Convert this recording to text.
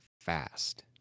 fast